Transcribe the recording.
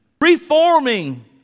reforming